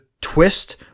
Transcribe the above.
twist